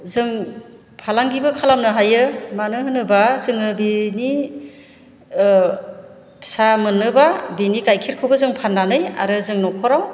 जों फालांगिबो खालामनो हायो मानो होनोब्ला जोङो बिनि फिसा मोनोब्ला बिनि गाइखेरखौबो जों फाननानै आरो जों न'खराव